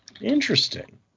Interesting